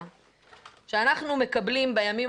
שאנחנו מקבלים בימים